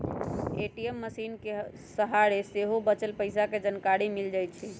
ATM मशीनके सहारे सेहो बच्चल पइसा के जानकारी मिल जाइ छइ